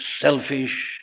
selfish